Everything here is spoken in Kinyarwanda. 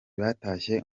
batashye